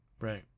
Right